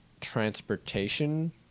transportation